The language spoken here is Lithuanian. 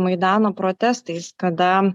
maidano protestais kada